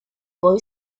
boy